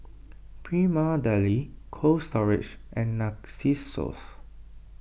Prima Deli Cold Storage and Narcissus